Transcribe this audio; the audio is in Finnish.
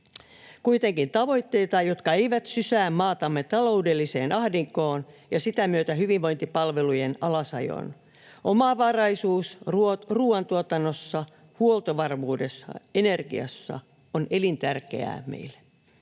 kuitenkin tavoitteita, jotka eivät sysää maatamme taloudelliseen ahdinkoon ja sitä myötä hyvinvointipalvelujen alasajoon. Omavaraisuus ruoantuotannossa, huoltovarmuudessa ja energiassa on elintärkeää meille.